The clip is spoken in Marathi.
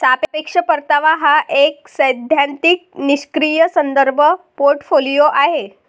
सापेक्ष परतावा हा एक सैद्धांतिक निष्क्रीय संदर्भ पोर्टफोलिओ आहे